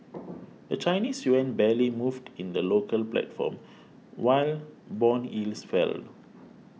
the Chinese yuan barely moved in the local platform while bond yields fell